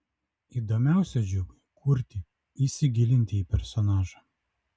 įdomiausia džiugui kurti įsigilinti į personažą